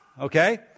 okay